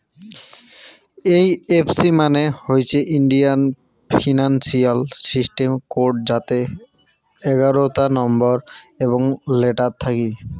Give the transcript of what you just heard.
এই F C মানে হইসে ইন্ডিয়ান ফিনান্সিয়াল সিস্টেম কোড যাতে এগারোতা নম্বর এবং লেটার থাকি